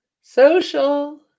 Social